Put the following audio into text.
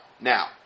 Now